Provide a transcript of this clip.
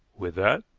with that?